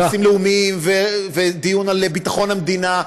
נושאים לאומיים ודיון על ביטחון המדינה,